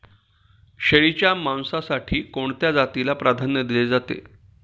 शेळीच्या मांसासाठी कोणत्या जातीला प्राधान्य दिले जाते?